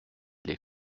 les